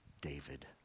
David